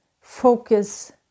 focus